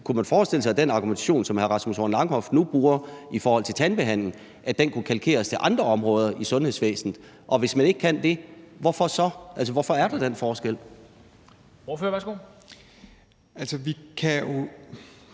kunne man forestille sig, at den argumentation, som hr. Rasmus Horn Langhoff nu bruger i forhold til tandbehandling, kunne kalkeres til andre områder i sundhedsvæsenet? Og hvis man ikke kan det, hvorfor er der så den forskel? Kl. 10:45 Formanden